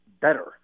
better